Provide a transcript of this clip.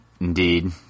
indeed